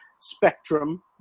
spectrum